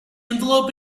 envelope